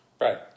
Right